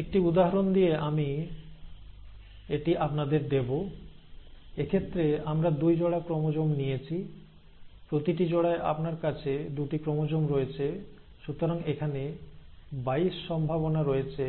একটি উদাহরণ দিয়ে এটি আমি আপনাদের দেব এক্ষেত্রে আমরা দুই জোড়া ক্রোমোজোম নিয়েছি প্রতিটি জোড়ায় আপনার কাছে দুটি ক্রোমোজোম রয়েছে সুতরাং এখানে 22 সম্ভাবনা রয়েছে